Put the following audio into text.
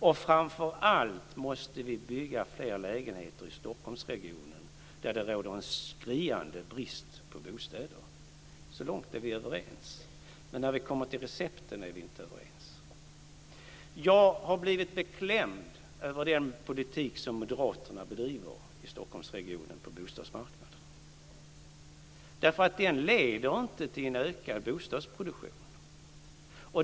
Och framför allt måste vi bygga fler lägenheter i Stockholmsregionen, där det råder en skriande brist på bostäder. Så långt är vi överens. Men när vi kommer till recepten är vi inte överens. Jag har blivit beklämd över den politik som moderaterna bedriver på bostadsmarknaden i Stockholmsregionen. Den leder inte till en ökad bostadsproduktion.